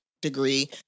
degree